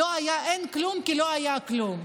אין כלום כי לא היה כלום.